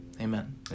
Amen